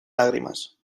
lágrimas